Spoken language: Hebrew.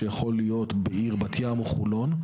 שיכול להיות בעיר בת ים או חולון,